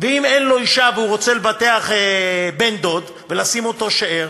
ואם אין לו אישה והוא רוצה לבטח בן-דוד ולשים אותו שאיר,